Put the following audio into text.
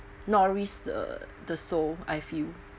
nourish the the soul I feel